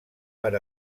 per